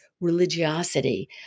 religiosity